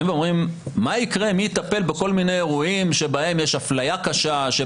באים ואומרים: מי יטפל בכל מיני אירועים שבהם יש אפליה קשה?